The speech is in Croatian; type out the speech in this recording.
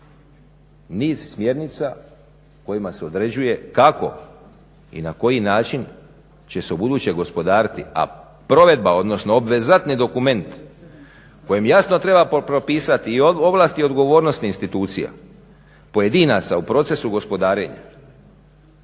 Niz smjernica kojima se određuje kako i na koji način će se ubuduće gospodariti, a provedba odnosno obvezatni dokument kojim jasno treba propisati i ovlasti i odgovornosti institucija, pojedinaca u procesu gospodarenja